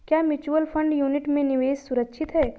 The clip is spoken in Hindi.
क्या म्यूचुअल फंड यूनिट में निवेश सुरक्षित है?